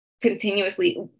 continuously